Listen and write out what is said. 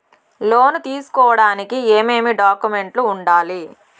లోను తీసుకోడానికి ఏమేమి డాక్యుమెంట్లు ఉండాలి